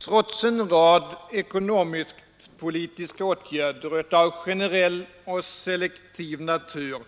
Trots en rad ekonomisk-politiska åtgärder av generell och selektiv natur